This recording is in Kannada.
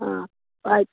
ಹಾಂ ಆಯ್ತು